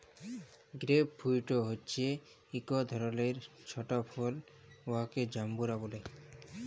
grape fruit হছে ইক ধরলের ছট ফল উয়াকে জাম্বুরা ব্যলে